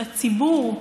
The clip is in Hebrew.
בציבור,